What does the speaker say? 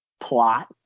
plot